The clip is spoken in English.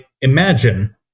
imagine